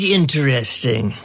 interesting